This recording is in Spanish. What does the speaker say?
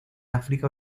áfrica